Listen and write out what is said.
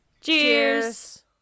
Cheers